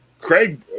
Craig